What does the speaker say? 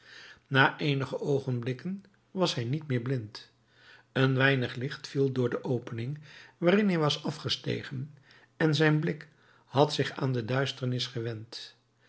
na eenige oogenblikken was hij niet meer blind een weinig licht viel door de opening waarin hij was afgestegen en zijn blik had zich aan de duisternis gewend